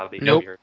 Nope